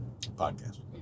podcast